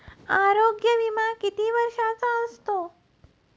आरोग्य विमा किती वर्षांचा असतो?